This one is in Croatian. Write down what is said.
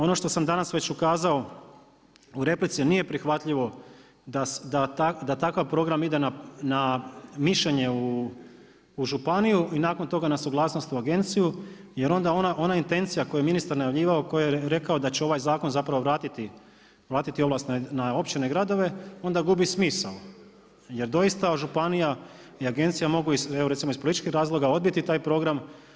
Ono što sam danas već ukazao u replici a nije prihvatljivo da takav program ide na mišljenje u županiju i nakon toga na suglasnost u agenciju jer onda ona intencija koju je ministar najavljivao koji je rekao da će ovaj zakon zapravo vratiti, vratiti ovlast na općine i gradove onda gubi smisao jer doista županija i agencija mogu, evo recimo iz političkih razloga odbiti taj program.